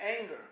anger